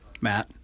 Matt